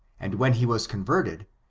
and when he was converted,